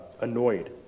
annoyed